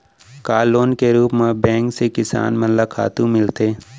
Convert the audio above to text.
का लोन के रूप मा बैंक से किसान मन ला खातू मिलथे?